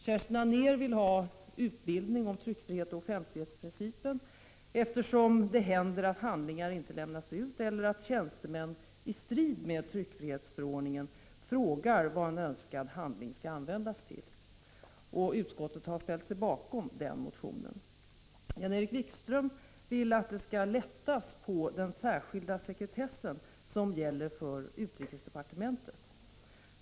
Kerstin Anér vill ha utbildning om tryckfrihet och offentlighetsprincipen, eftersom det händer att handlingar inte lämnas ut eller att tjänstemän i strid med tryckfrihetsförordningen frågar vad en önskad handling skall användas till. Utskottet har ställt sig bakom den motionen. Jan-Erik Wikström vill att det skall lättas på den särskilda sekretess som gäller för utrikesdepartementet.